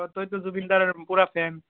তইতো জুবিনদাৰ পুৰা ফেন